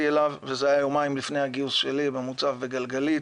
אליו וזה היה יומיים לפני הגיוס שלי במוצב בגלגלית.